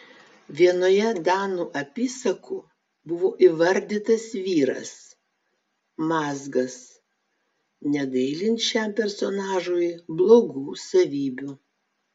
vienoje danų apysakų buvo įvardytas vyras mazgas negailint šiam personažui blogų savybių